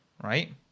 right